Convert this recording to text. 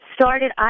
started